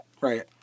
Right